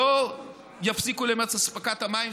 לא יפסיקו להם את אספקת המים.